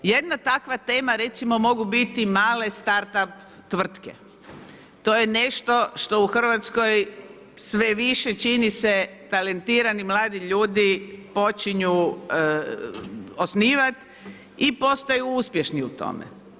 Jedna takva tema recimo mogu biti male startup tvrtke, to je nešto što u Hrvatskoj sve više čini se talentirani mladi ljudi počinju osnivat i postaju uspješni u tome.